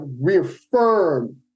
reaffirm